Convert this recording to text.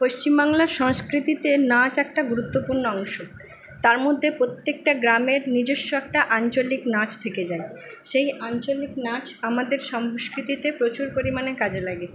পশ্চিমবাংলার সংস্কৃতিতে নাচ একটা গুরুত্বপূর্ণ অংশ তার মধ্যে প্রত্যেকটা গ্রামের নিজস্ব একটা আঞ্চলিক নাচ থেকে যায় সেই আঞ্চলিক নাচ আমাদের সংস্কৃতিতে প্রচুর পরিমাণে কাজে লাগে